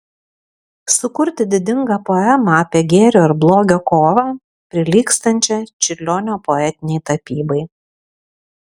sukurti didingą poemą apie gėrio ir blogio kovą prilygstančią čiurlionio poetinei tapybai